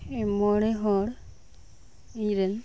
ᱢᱚᱬᱮ ᱦᱚᱲ ᱤᱧ ᱨᱮᱱ